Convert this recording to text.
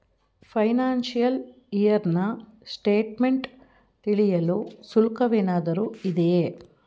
Financial year ನ statement ತಿಳಿಯಲು ಶುಲ್ಕವೇನಾದರೂ ಇದೆಯೇ?